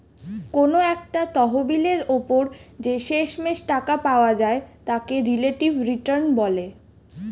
কোনো একটা তহবিলের উপর যে শেষমেষ টাকা পাওয়া যায় তাকে রিলেটিভ রিটার্ন বলে